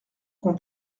qu’on